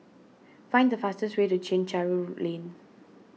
find the fastest way to Chencharu Lane